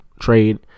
trade